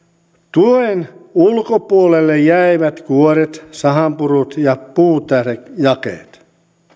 tuen ulkopuolelle jäivät kuoret sahanpurut ja puutähdejakeet